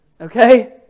Okay